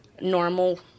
normal